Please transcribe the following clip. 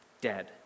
dead